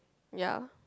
ya